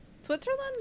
Switzerland